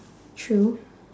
true